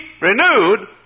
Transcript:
renewed